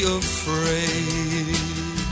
afraid